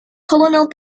colonel